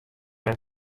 men